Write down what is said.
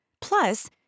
plus